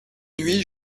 nuit